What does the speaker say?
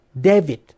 David